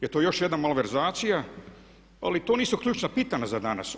Je li to još jedna malverzacija, ali to nisu ključna pitanja za danas.